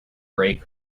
break